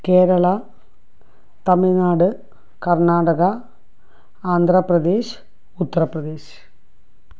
Kerala Tamil Nadu Karnataka Andhra Pradesh Uttar Pradesh